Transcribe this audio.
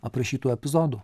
aprašytų epizodų